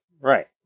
Right